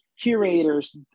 curators